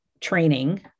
training